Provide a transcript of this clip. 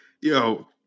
Yo